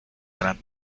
gran